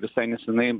visai nesenai